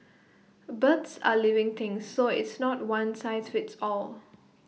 birds are living things so it's not one size fits all